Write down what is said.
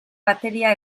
bateria